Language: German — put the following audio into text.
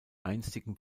einstigen